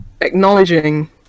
acknowledging